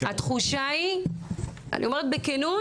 התחושה היא אני אומרת בכנות